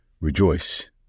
Rejoice